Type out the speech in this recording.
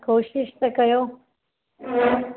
कोशिशि त कयो